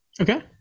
Okay